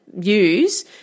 use